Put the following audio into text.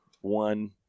one